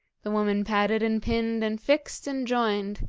the woman patted and pinned and fixed and joined,